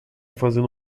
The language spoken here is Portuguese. fazendo